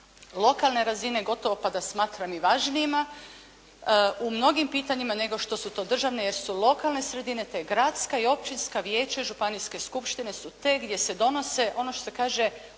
lokane razine pa da smatram i važnijima u mnogim pitanjima nego što su to državne, jer su lokalne sredine te gradska i općinska vijeća i županijske skupštine su te gdje se donose, ono što se kaže odluke